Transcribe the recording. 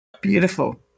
Beautiful